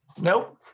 Nope